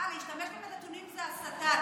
אה, להשתמש בנתונים זה הסתה?